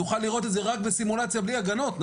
תוכל לראות את זה רק בסימולציה בלי הגנות.